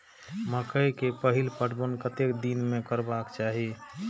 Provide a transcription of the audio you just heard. मकेय के पहिल पटवन कतेक दिन में करबाक चाही?